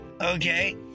Okay